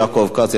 יעקב כץ,